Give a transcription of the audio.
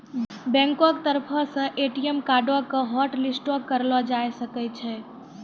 बैंको के तरफो से ए.टी.एम कार्डो के हाटलिस्टो करलो जाय सकै छै